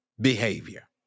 behavior